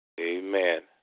Amen